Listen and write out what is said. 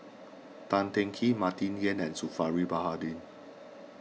Tan Teng Kee Martin Yan and Zulkifli Baharudin